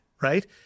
right